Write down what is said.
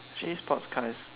actually sports car is